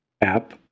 app